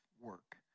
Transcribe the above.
work